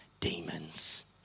demons